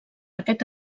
aquest